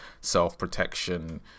self-protection